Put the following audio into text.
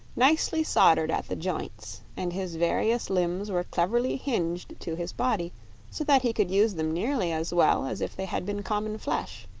nicely soldered at the joints, and his various limbs were cleverly hinged to his body so that he could use them nearly as well as if they had been common flesh.